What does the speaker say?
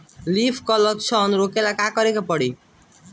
Leaf curl लक्षण रोकेला का करे के परी?